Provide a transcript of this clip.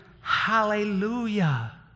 hallelujah